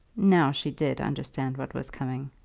now she did understand what was coming.